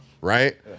right